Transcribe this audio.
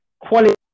quality